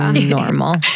normal